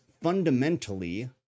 fundamentally